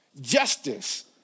Justice